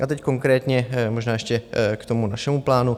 Já teď konkrétně možná ještě k tomu našemu plánu.